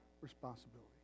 responsibility